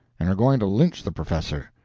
and are going to lynch the p'fessor.